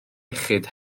iechyd